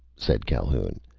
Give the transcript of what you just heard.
said calhoun,